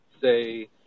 say